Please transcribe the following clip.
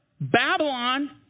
Babylon